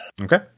Okay